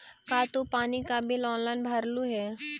का तू पानी का बिल ऑनलाइन भरलू हे